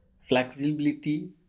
flexibility